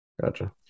gotcha